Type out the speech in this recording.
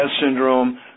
syndrome